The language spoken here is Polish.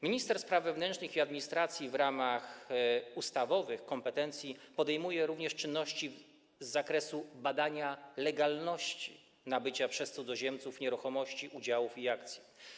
Minister spraw wewnętrznych i administracji w ramach ustawowych kompetencji podejmuje również czynności z zakresu badania legalności nabycia przez cudzoziemców nieruchomości, udziałów lub akcji.